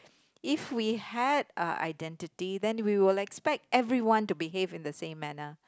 if we had a identity then we would expect everyone to behave in the same manner